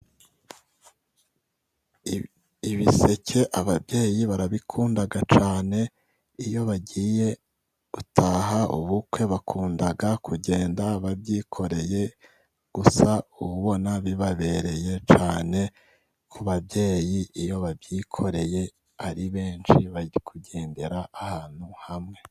Ibiseke ababyeyi barabikunda cyane, iyo bagiye gutaha ubukwe bakunda kugenda babyikoreye, gusa uba ubona bibabereye cyane ku babyeyi, iyo babyikoreye ari benshi bari kugendera ahantu hamwe.